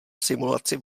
simulaci